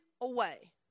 away